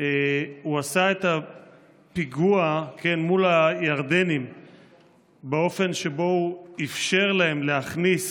שהוא עשה את הפיגוע מול הירדנים באופן שבו הוא אפשר להם להכניס